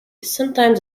sometimes